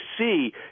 see